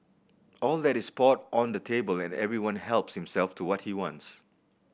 all that is poured on the table and everyone helps himself to what he wants